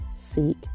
Seek